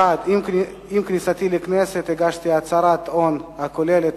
1. עם כניסתי לכנסת הגשתי הצהרת הון הכוללת